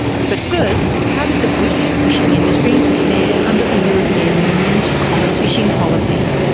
but first, how did the british fishing industry fare under the european union's common fishing policy?